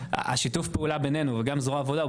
השיתוף פעולה בינינו גם זרוע העבודה הוא